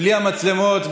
בלי המצלמות,